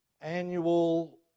annual